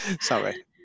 sorry